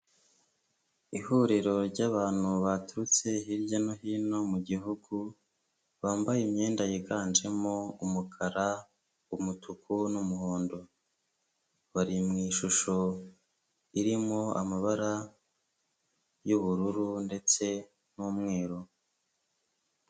Ihuriro ry'abantu baturutse hirya no hino mu gihugu, bambaye imyenda yiganjemo umukara, umutuku n'umuhondo, bari mu ishusho irimo amabara y'ubururu ndetse n'umweru.